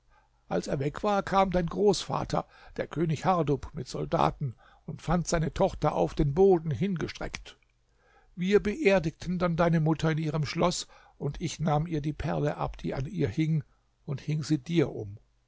als er weg war kam dein großvater der könig hardub mit soldaten und fand seine tochter auf den boden hingestreckt wir beerdigten dann deine mutter in ihrem schloß und ich nahm ihr die perle ab die an ihr hing und hing sie dir um